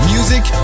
Music